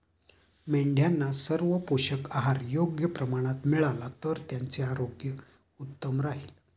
मेंढ्यांना सर्व पोषक आहार योग्य प्रमाणात मिळाला तर त्यांचे आरोग्य उत्तम राहील